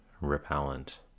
repellent